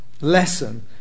lesson